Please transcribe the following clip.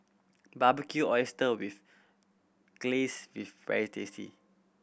Barbecued Oyster with Glaze is very tasty